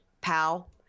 pal